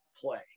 play